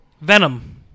Venom